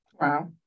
Wow